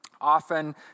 often